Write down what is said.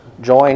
join